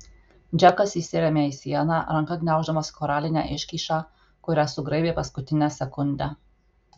džekas įsirėmė į sieną ranka gniauždamas koralinę iškyšą kurią sugraibė paskutinę sekundę